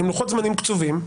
עם לוחות זמנים קצובים,